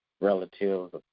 relatives